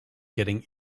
getting